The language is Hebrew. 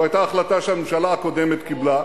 זו היתה החלטה שהממשלה הקודמת קיבלה,